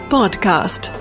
Podcast